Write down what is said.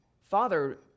Father